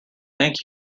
thank